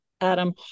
Adam